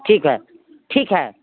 ठीक है ठीक है